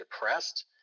depressed